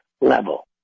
level